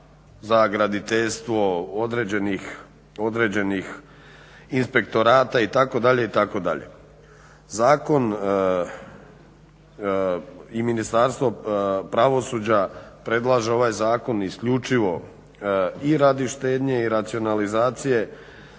za graditeljstvo, određenih inspektorata itd., itd. Zakon i Ministarstvo pravosuđa predlaže ovaj zakon isključivo i radi štednje i racionalizacije,